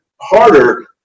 harder